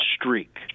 streak